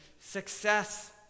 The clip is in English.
success